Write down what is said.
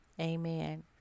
Amen